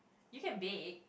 you can bake